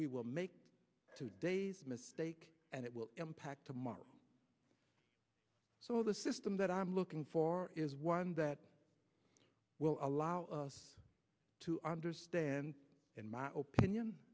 we will make today's mistake and it will impact tomorrow so the system that i'm looking for is one that will allow us to understand in my opinion